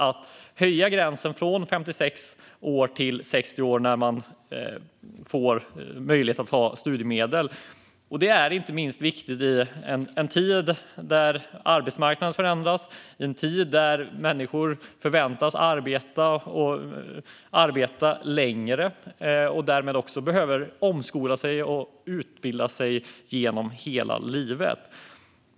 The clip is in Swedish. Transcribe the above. Att höja gränsen för möjlighet att ta studiemedel från 56 år till 60 år är inte minst viktigt i en tid då arbetsmarknaden förändras och då människor förväntas arbeta längre och därmed också behöver omskola sig och utbilda sig genom hela livet.